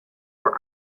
were